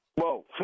Whoa